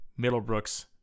middlebrooks